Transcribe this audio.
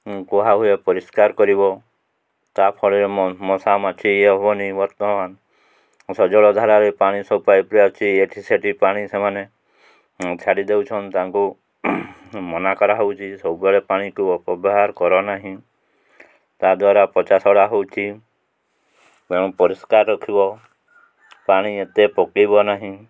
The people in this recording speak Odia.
କୁହା ହୁଏ ପରିଷ୍କାର କରିବ ତା ଫଳରେ ମଶା ମାଛି ଇଏ ହବନି ବର୍ତ୍ତମାନ ସଜଳଧାରାରେ ପାଣି ସବୁ ପାଇପ୍ରେ ଅଛି ଏଇଠି ସେଇଠି ପାଣି ସେମାନେ ଛାଡ଼ିଦେଉଛନ୍ ତାଙ୍କୁ ମନା କରାହେଉଛି ସବୁବେଳେ ପାଣିକୁ ଅପବ୍ୟବହାର କର ନାହିଁ ତା ଦ୍ୱାରା ପଚାଶଢ଼ା ହେଉଛି ତେଣୁ ପରିଷ୍କାର ରଖିବ ପାଣି ଏତେ ପକାଇବ ନାହିଁ